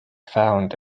found